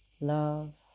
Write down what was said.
Love